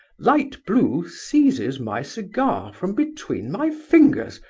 light blue seizes my cigar from between my fingers,